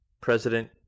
president